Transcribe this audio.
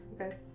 Okay